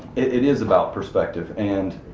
it is about perspective. and